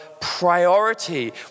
priority